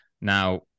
Now